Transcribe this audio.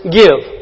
give